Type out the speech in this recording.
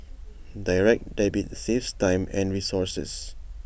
Direct Debit saves time and resources